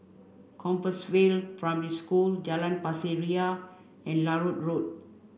Compassvale Primary School Jalan Pasir Ria and Larut Road